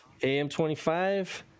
am25